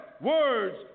words